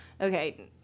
okay